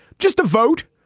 just a vote.